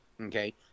okay